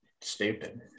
stupid